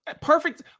perfect